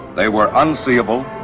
they were unseeable,